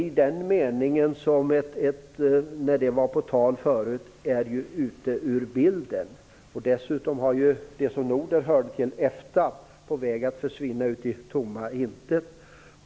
I den meningen som det var på tal förut är det alternativet ute ur bilden. Dessutom är EFTA, som Norden hör till, på väg att försvinna ut i tomma intet.